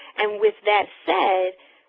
and with that said,